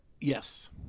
Yes